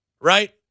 right